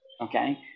okay